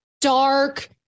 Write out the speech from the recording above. dark